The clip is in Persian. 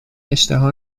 اشتها